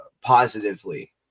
positively